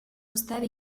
уставе